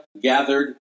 gathered